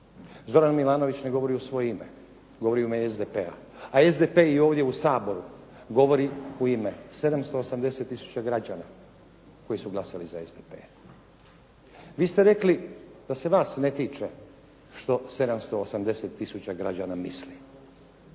Zoran Milanović ne govori u svoje ime, govori u ime SDP-a, a SDP i ovdje u Saboru govori u ime 780 tisuća građana koji su glasali za SDP. Vi ste rekli da se vas ne tiče što 780 tisuća građana misli.